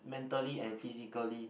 mentally and physically